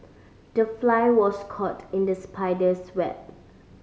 the fly was caught in the spider's web